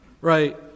Right